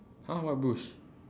!huh! what bush